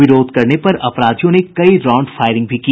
विरोध करने पर अपराधियों ने कई राउंड फायरिंग भी की